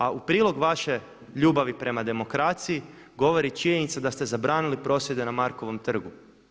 A u prilog vaše ljubavi prema demokraciji govori činjenica da ste zabranili prosvjede na Markovom trgu.